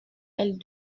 elles